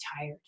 tired